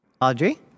Audrey